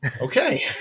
Okay